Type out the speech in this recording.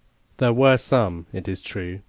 there were some, it is true,